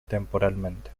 temporalmente